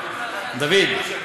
דוד,